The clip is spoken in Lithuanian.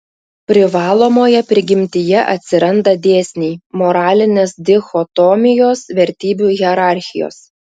privalomoje prigimtyje atsiranda dėsniai moralinės dichotomijos vertybių hierarchijos